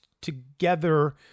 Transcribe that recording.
together